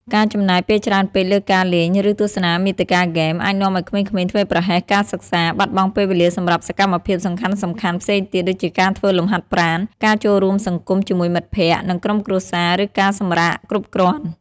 ការចំណាយពេលច្រើនពេកលើការលេង ឬទស្សនាមាតិកាហ្គេម អាចនាំឱ្យក្មេងៗធ្វេសប្រហែសការសិក្សា បាត់បង់ពេលវេលាសម្រាប់សកម្មភាពសំខាន់ៗផ្សេងទៀត ដូចជាការធ្វើលំហាត់ប្រាណ ការចូលរួមសង្គមជាមួយមិត្តភក្តិ និងក្រុមគ្រួសារ ឬការសម្រាកគ្រប់គ្រាន់។